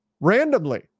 randomly